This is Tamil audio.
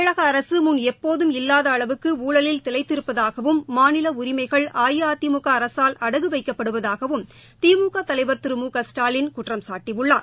தமிழக அரசு முன் எப்போதும் இல்லாத அளவுக்கு ஊழலில் திளைத்திருப்பதாகவும் மாநில உரிமைகள் அஇஅதிமுக அரசால் அடகு வைக்கப்படுவதாகவும் திமுக தலைவா் திரு மு க ஸ்டாலின் குற்றம்சாட்டியுள்ளார்